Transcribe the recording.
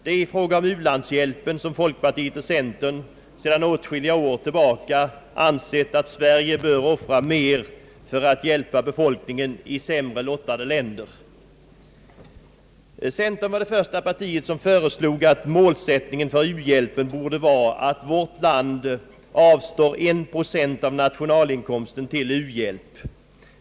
I fråga om ulandshjälpen har folkpartiet och centern sedan åtskilliga år tillbaka ansett att Sverige bör offra mer för att hjälpa befolkningen i sämre lottade länder. Centern var det första parti som föreslog att målsättningen för u-hjälpen borde vara att vårt land avstår en procent av nationalinkomsten till u-hjälp.